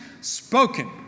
Spoken